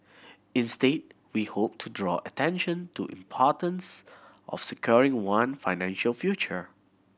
instead we hoped to draw attention to importance of securing one financial future